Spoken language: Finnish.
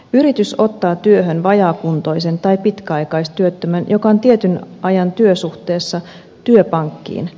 yritys ottaa työhön vajaakuntoisen tai pitkäaikaistyöttömän joka on tietyn ajan työsuhteessa työpankkiin